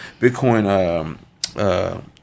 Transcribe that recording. Bitcoin